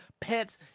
pets